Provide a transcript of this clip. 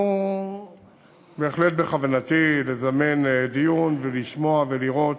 בהחלט, בכוונתי לזמן דיון ולשמוע ולראות,